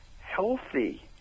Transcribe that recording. healthy